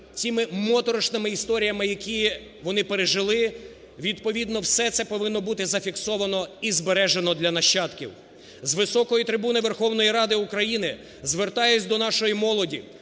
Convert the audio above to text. тими моторошними історіями, які вони пережили, відповідно все це повинно бути зафіксовано і збережено для нащадків. З високої трибуни Верховної Ради України звертаюсь до нашої молоді,